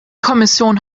kommission